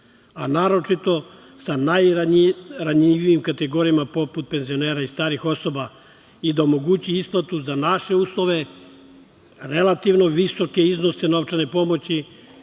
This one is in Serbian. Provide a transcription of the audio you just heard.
a naročito sa najranjivijim kategorijama poput penzionera i starih osoba i da omogući isplatu za naše uslove, relativno visoke iznose novčane pomoći,